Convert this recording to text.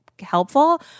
helpful